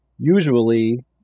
Usually